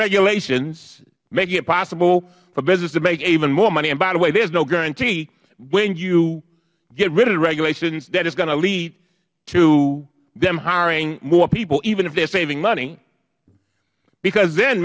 regulations making it possible for business to make even more money and by the way there is no guarantee when you get rid of the regulations that it is going to lead to them hiring more people even if they are saving money because the